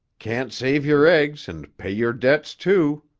can't save your eggs and pay your debts, too,